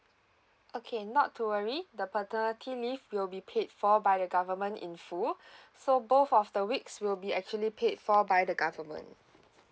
okay not to worry the paternity leave will be paid for by the government in full so both of the weeks will be actually paid for by the government